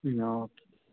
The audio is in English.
okay